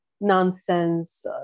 nonsense